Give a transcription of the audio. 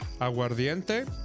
aguardiente